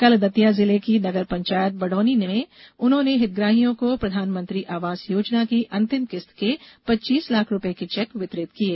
कल दतिया जिले की नगरपंचायत बडौनी में उन्होंने हितग्राहियों को प्रधानमंत्री आवास योजना की अंतिम किस्त के पच्चीस लाख रूपये के चेक वितरित किये